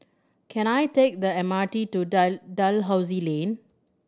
can I take the M R T to Dalhousie Lane